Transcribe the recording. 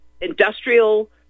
industrial